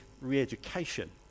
re-education